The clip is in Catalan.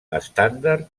estàndard